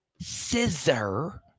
scissor